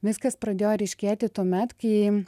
viskas pradėjo ryškėti tuomet kai